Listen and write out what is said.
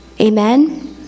Amen